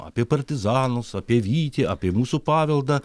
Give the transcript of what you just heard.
apie partizanus apie vytį apie mūsų paveldą